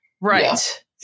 Right